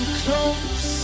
close